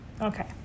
Okay